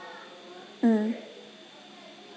mm